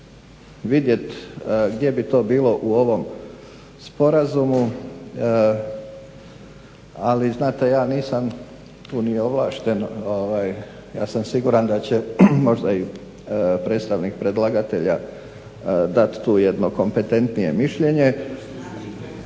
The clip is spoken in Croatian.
vidjeti gdje bi to bilo u ovom sporazumu, ali znate ja nisam tu ni ovlašten, ja sam siguran da će možda i predstavnik predlagatelja dati tu jedno kompetentnije mišljenje.